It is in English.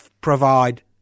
provide